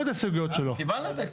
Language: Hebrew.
תקופת מעבר.